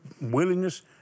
willingness